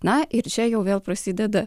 na ir čia jau vėl prasideda